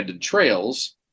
trails